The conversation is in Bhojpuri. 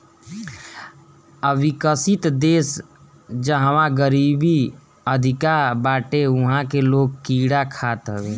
अविकसित देस जहवा गरीबी अधिका बाटे उहा के लोग कीड़ा खात हवे